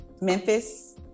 Memphis